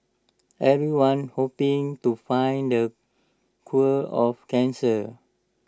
everyone's hoping to find the cool of cancer